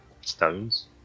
stones